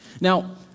Now